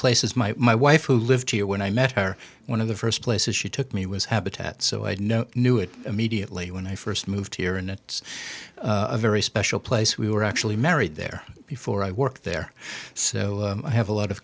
places my my wife who lived here when i met her one of the st places she took me was habitat so i know knew it immediately when i st moved here and it's a very special place we were actually married there before i worked there so i have a lot of